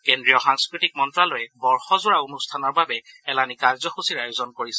কেন্দ্ৰীয় সাংস্কৃতিক মন্ত্যালয়ে বৰ্ষজোৰা অনুষ্ঠানৰ বাবে এলানি কাৰ্যসূচীৰ আয়োজন কৰিছে